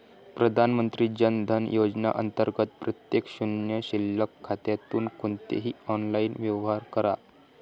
प्रधानमंत्री जन धन योजना अंतर्गत प्रत्येक शून्य शिल्लक खात्यातून कोणतेही ऑनलाइन व्यवहार करा